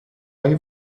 های